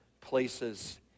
places